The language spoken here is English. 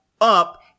up